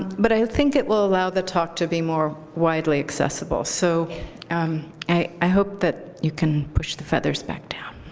but i think it will allow the talk to be more widely accessible. so um i hope that you can push the feathers back down.